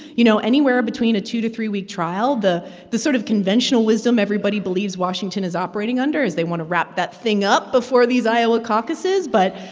you know, anywhere between a two to three week trial. the the sort of conventional wisdom everybody believes washington is operating under is they want to wrap that thing up before these iowa caucuses, but,